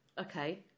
Okay